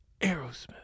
Aerosmith